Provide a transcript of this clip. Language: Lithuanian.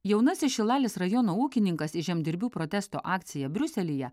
jaunasis šilalės rajono ūkininkas į žemdirbių protesto akciją briuselyje